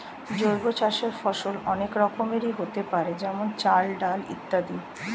জৈব চাষের ফসল অনেক রকমেরই হতে পারে যেমন চাল, ডাল ইত্যাদি